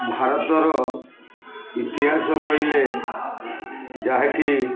ଭାରତର ଇତିହାସ କହିଲେ ଯାହା କି